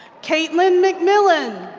caitlin mcmillon.